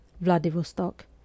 Vladivostok